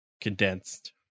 condensed